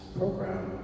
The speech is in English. program